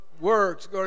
works